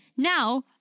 Now